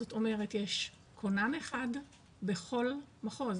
זאת אומרת יש כונן אחד בכל מחוז